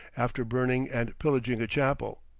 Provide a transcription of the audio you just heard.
after burning and pillaging a chapel.